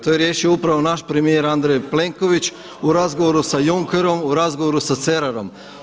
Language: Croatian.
To je riješio upravo naš premijer Andrej Plenković u razgovoru sa Junckerom, u razgovoru sa Cererom.